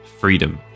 freedom